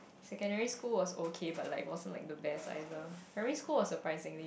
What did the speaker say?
secondary school was okay but like wasn't like the best either primary school was surprisingly